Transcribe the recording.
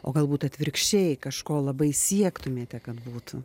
o galbūt atvirkščiai kažko labai siektumėte kad būtų